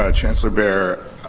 ah chancellor behr,